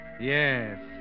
Yes